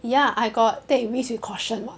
ya I got take risks with caution [what]